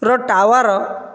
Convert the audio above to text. ର ଟାୱାର